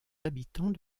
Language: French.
habitants